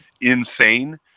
insane